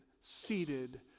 seated